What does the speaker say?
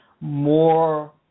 more